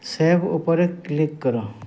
save ଉପରେ click କର